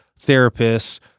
therapists